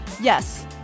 Yes